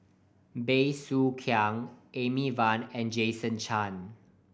Bey Soo Khiang Amy Van and Jason Chan